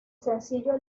sencillo